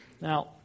Now